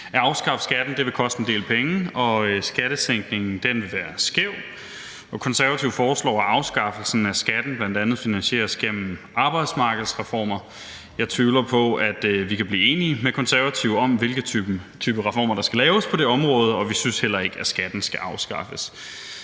At afskaffe skatten vil koste en del penge, og skattesænkningen vil være skæv. Og Konservative foreslår, at afskaffelsen af skatten bl.a. finansieres gennem arbejdsmarkedsreformer. Jeg tvivler på, at vi kan blive enige med Konservative om, hvilke typer reformer der skal laves på det område, og vi synes heller ikke, at skatten skal afskaffes.